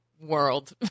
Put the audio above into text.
world